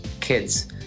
kids